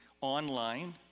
online